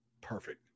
Perfect